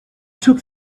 took